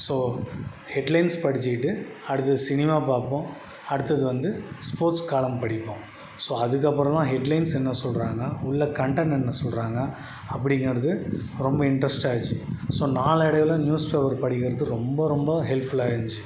so headlines படிச்சுக்கிட்டு அடுத்தது cinema பார்ப்போம் அடுத்தது வந்து ஸ்போர்ட்ஸ் காலம் படிப்போம் ஸோ அதுக்கப்புறந்தான் ஹெட் லைன்ஸ் என்ன சொல்கிறாங்க உள்ளே கன்டெண்ட் என்ன சொல்கிறாங்க அப்படிங்கிறது ரொம்ப இன்ட்ரஸ்ட் ஆகிட்ச்சு ஸோ நாளடைவில் நியூஸ் பேப்பர் படிக்கிறது ரொம்ப ரொம்ப ஹெல்ஃபுல்லாக இருந்துச்சு